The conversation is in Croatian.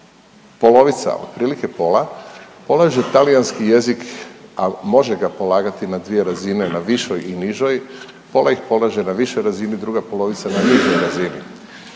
polovica, otprilike pola polaže talijanski jezik, ali može ga polagati na dvije razine, na višoj i nižoj, pola ih polaže na višoj razini, druga polovica na nižoj razini.